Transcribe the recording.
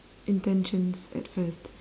intentions at first